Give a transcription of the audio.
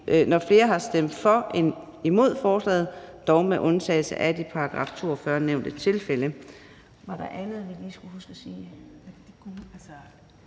når flere har stemt for end imod forslaget, dog med undtagelse af de i § 42 nævnte tilfælde.«